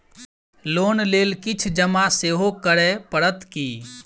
Loan लेल किछ जमा सेहो करै पड़त की?